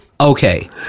Okay